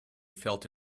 felt